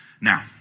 Now